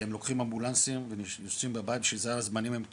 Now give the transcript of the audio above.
והם לוקחים אמבולנסים ויוצאים מהבית שזה הזמנים הם טובים,